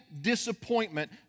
disappointment